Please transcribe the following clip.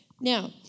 Now